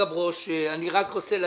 אני רק רוצה להגיד,